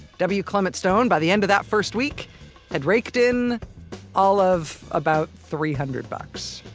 w. clement stone by the end of that first week had raked in all of about three hundred bucks